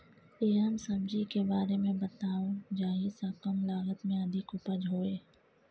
एहन सब्जी के बारे मे बताऊ जाहि सॅ कम लागत मे अधिक उपज होय?